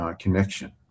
connection